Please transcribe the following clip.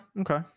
okay